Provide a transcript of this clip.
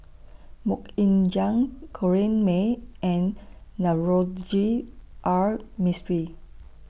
Mok Ying Jang Corrinne May and Navroji R Mistri